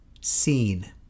seen